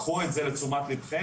קחו את זה לתשומת ליבכם,